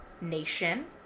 nation